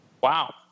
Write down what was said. Wow